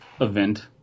event